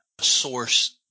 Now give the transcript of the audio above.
source